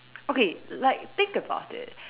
okay like think about it